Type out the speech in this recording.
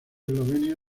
eslovenia